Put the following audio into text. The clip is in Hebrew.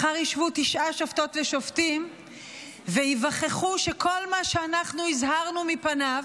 מחר ישבו תשעה שופטות ושופטים וייווכחו שכל מה שהזהרנו מפניו,